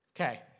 Okay